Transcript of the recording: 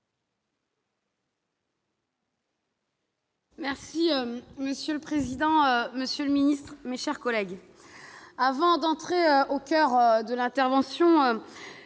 Monsieur le président, monsieur le ministre, mes chers collègues, avant d'en venir au coeur de mon intervention,